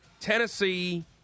Tennessee